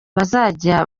bazajya